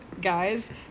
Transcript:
guys